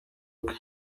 rwe